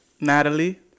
Natalie